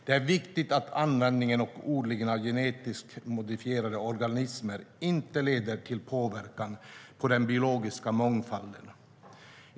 Det är viktigt att användning och odling av genetiskt modifierade organismer inte leder till påverkan på den biologiska mångfalden.